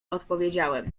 odpowiedziałem